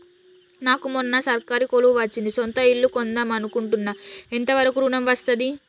నాకు మొన్న సర్కారీ కొలువు వచ్చింది సొంత ఇల్లు కొన్దాం అనుకుంటున్నా ఎంత వరకు ఋణం వస్తది?